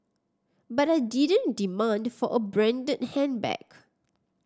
but I didn't demand for a branded handbag